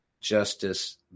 justice